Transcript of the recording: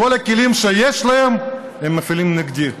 כל הכלים שיש להם הם מפעילים נגדי,